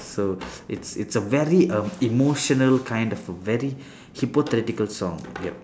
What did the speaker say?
so it's it's a very err emotional kind of a very hypothetical song yup